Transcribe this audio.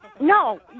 No